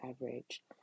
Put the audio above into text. average